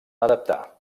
adaptar